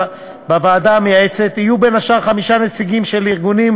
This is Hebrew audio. בוועדה המייעצת יהיו בין השאר חמישה נציגים של ארגונים